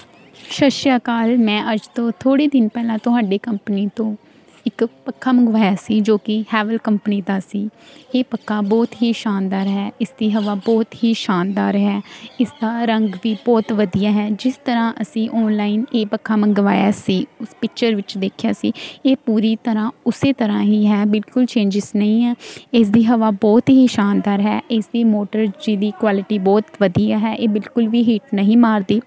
ਸਤਿ ਸ਼੍ਰੀ ਅਕਾਲ ਮੈਂ ਅੱਜ ਤੋਂ ਥੋੜ੍ਹੇ ਦਿਨ ਪਹਿਲਾਂ ਤੁਹਾਡੀ ਕੰਪਨੀ ਤੋਂ ਇੱਕ ਪੱਖਾ ਮੰਗਵਾਇਆ ਸੀ ਜੋ ਕਿ ਹੈਵਿਲ ਕੰਪਨੀ ਦਾ ਸੀ ਇਹ ਪੱਕਾ ਬਹੁਤ ਹੀ ਸ਼ਾਨਦਾਰ ਹੈ ਇਸ ਦੀ ਹਵਾ ਬਹੁਤ ਹੀ ਸ਼ਾਨਦਾਰ ਹੈ ਇਸਦਾ ਰੰਗ ਵੀ ਬਹੁਤ ਵਧੀਆ ਹੈ ਜਿਸ ਤਰ੍ਹਾਂ ਅਸੀਂ ਆਨਲਾਈਨ ਇਹ ਪੱਖਾ ਮੰਗਵਾਇਆ ਸੀ ਉਸ ਪਿਚਰ ਵਿੱਚ ਦੇਖਿਆ ਸੀ ਇਹ ਪੂਰੀ ਤਰ੍ਹਾਂ ਉਸੇ ਤਰ੍ਹਾਂ ਹੀ ਹੈ ਬਿਲਕੁਲ ਚੇਂਜਸ ਨਹੀਂ ਹੈ ਇਸ ਦੀ ਹਵਾ ਬਹੁਤ ਹੀ ਸ਼ਾਨਦਾਰ ਹੈ ਇਸਦੀ ਮੋਟਰ ਜਿਹਦੀ ਕੁਆਲਿਟੀ ਬਹੁਤ ਵਧੀਆ ਹੈ ਇਹ ਬਿਲਕੁਲ ਵੀ ਹਿਟ ਨਹੀਂ ਮਾਰਦੀ